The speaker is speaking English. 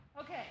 Okay